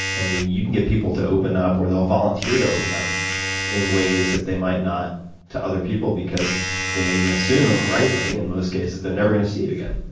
and you can get people to open up, or they'll volunteer to open up in ways that they might not to other people because they assume, rightly in most cases, they're never going to see you again.